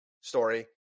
story